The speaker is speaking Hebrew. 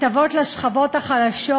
הטבות לשכבות החלשות,